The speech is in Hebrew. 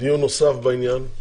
דיון נוסף בעניין.